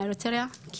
מאריתריאה,